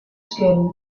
skin